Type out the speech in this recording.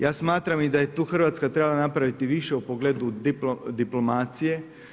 Ja smatram i da je tu Hrvatska trebala napraviti više u pogledu diplomacije.